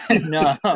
No